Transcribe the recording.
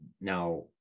now